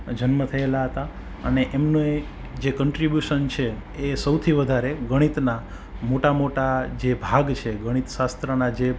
જન્મ થયેલા હતા અને એમનું ય જ કન્ટ્રીબ્યુસન છે એ સૌથી વધારે ગણિતના મોટા મોટા જે ભાગ છે ગણિત શાસ્ત્રના જે